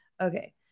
okay